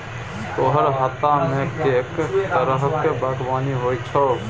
तोहर हातामे कैक तरहक बागवानी होए छौ